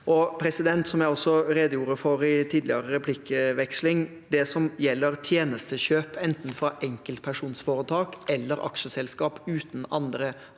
seg forutsigbarhet. Som jeg også redegjorde for i tidligere replikkveksling: Det som gjelder tjenestekjøp, enten fra enkeltpersonforetak eller aksjeselskap uten andre